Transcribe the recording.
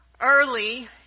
Early